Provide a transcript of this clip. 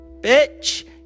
...bitch